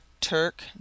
Turk